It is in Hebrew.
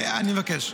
אני מבקש.